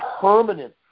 permanent